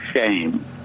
shame